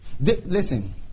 Listen